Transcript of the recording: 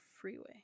freeway